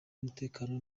umutekano